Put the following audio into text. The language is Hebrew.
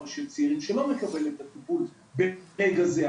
ושל צעירים שלא מקבלת את הטיפול ברגע זה.